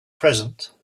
present